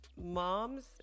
moms